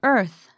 Earth